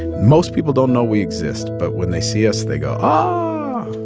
most people don't know we exist. but when they see us, they go, oh,